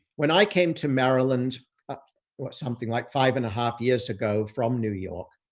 when i came to maryland or something like five and a half years ago from new york,